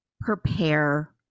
prepare